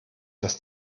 das